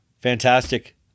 fantastic